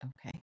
Okay